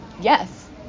yes